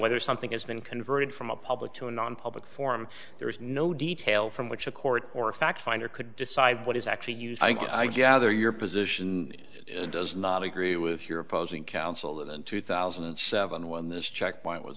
whether something is been converted from a public to a nonpublic form there is no detail from which a court or a fact finder could decide what is actually used i gather your position does not agree with your opposing counsel in two thousand and seven when this checkpoint was